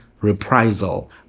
reprisal